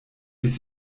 bis